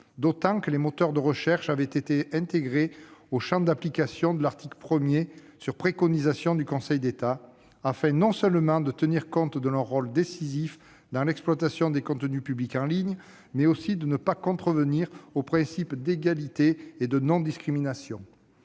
D'autant que ces moteurs de recherche avaient été intégrés au champ d'application de l'article 1 sur préconisation du Conseil d'État, afin non seulement de tenir compte de leur rôle décisif dans l'exposition des contenus publics en ligne, mais aussi de ne pas contrevenir aux principes d'égalité et de non-discrimination.